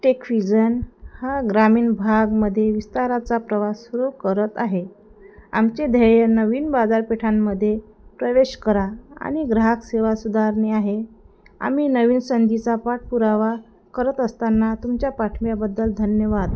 TechVision हा ग्रामीण भागामध्ये विस्ताराचा प्रवास सुरू करत आहे आमचे ध्येय नवीन बाजारपेठांमध्ये प्रवेश करा आणि ग्राहक सेवा सुधारणे आहे आम्ही नवीन संधीचा पाठपुरावा करत असताना तुमच्या पाठिंब्याबद्दल धन्यवाद